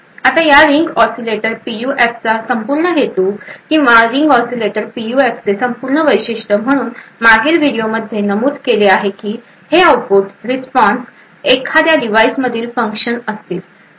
आता या ring oscillator पीयूएफचा संपूर्ण हेतू किंवा रिंग ऑसीलेटर पीयूएफचे संपूर्ण वैशिष्ट्य म्हणून मागील व्हिडिओमध्ये नमूद केले आहे की हे आउटपुट रिस्पॉन्स एखाद्या डिव्हाइस मधले फंक्शन असतील